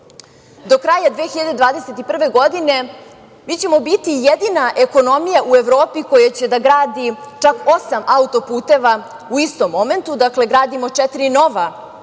kraja 2021. godine mi ćemo biti jedina ekonomija u Evropi koja će da gradi čak osam auto-puteva u istom momentu. Dakle, gradimo četiri